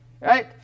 right